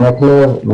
זה יהיה ב-2022.